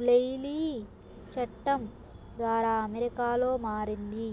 Bliley చట్టం ద్వారా అమెరికాలో మారింది